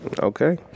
okay